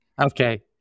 Okay